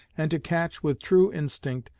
and to catch, with true instinct,